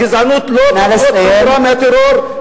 הגזענות לא פחות חמורה מהטרור,